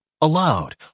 Aloud